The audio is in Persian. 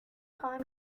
خواهم